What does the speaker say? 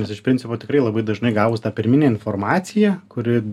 nes iš principo tikrai labai dažnai gavus tą pirminę informaciją kuri